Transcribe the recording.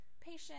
patient